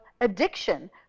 addiction